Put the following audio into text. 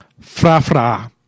Fra-fra